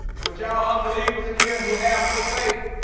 what y'all unbelievers in here who have no faith